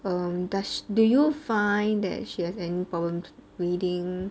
um does do you find that she has any problems reading